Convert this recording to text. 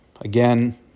Again